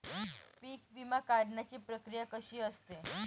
पीक विमा काढण्याची प्रक्रिया कशी असते?